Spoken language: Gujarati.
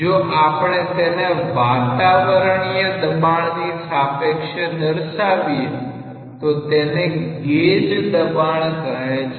જો આપણે તેને વતાવરણીય દબાણની સાપેક્ષે દર્શાવીએ તો તેને ગેજ દબાણ કહે છે